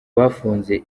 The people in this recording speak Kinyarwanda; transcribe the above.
bafunze